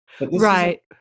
right